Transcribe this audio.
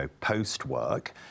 post-work